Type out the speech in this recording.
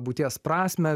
būties prasmę